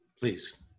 Please